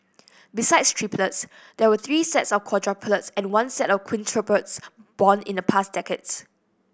besides triplets there were three sets of quadruplets and one set of quintuplets born in the past decades